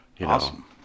Awesome